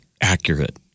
accurate